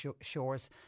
shores